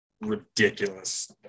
ridiculous